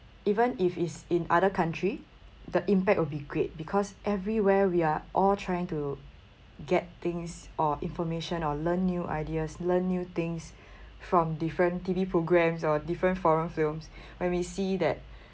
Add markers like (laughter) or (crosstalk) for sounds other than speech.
even if it's in other country the impact will be great because everywhere we are all trying to get things or information or learn new ideas learn new things (breath) from different T_V programs or different foreign films (breath) when we see that